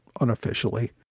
unofficially